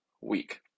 week